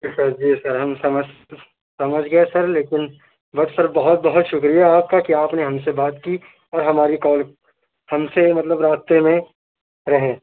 سر جی سر ہم سمجھ سمجھ گئے سر لیکن بٹ سر بہت بہت شُکریہ آپ کا کہ آپ نے ہم سے بات کی اور ہماری کال ہم سے مطلب رابطے میں رہیں